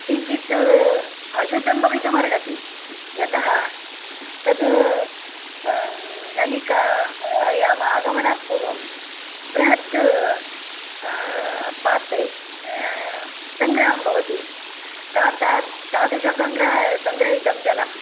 किञ्चित् अशुद्दं भवितुमर्हति यत्ः तद् नलिकायाम् आगमनात् पूर्वं बृहद् पात्रे सङ्ग्रहं भवति ताता तादृशसङ्ग्रह संङ्ग्रहितं जलं